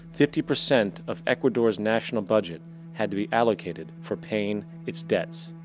fifty percent of ecuador's national budget had to be allocated for paying its debts.